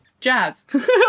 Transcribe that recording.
Jazz